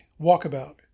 Walkabout